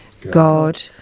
God